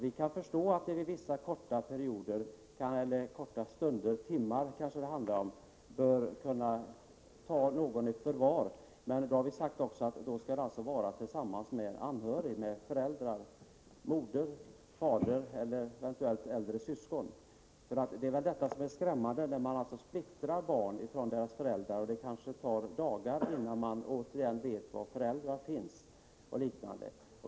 Vi kan förstå att man vissa korta stunder, kanske timmar, måste ta barn i förvar. Vi har också sagt att det måste ske tillsammans med anhöriga — moder, fader eller eventuellt äldre syskon. Det som är skrämmande är när barn skiljs från sina föräldrar och det kanske tar dagar innan barnen får veta var föräldrarna finns.